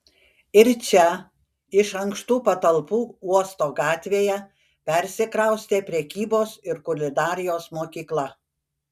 ir čia iš ankštų patalpų uosto gatvėje persikraustė prekybos ir kulinarijos mokykla